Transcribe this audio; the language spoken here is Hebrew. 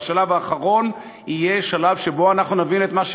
והשלב האחרון יהיה שלב שבו אנחנו נבין את מה,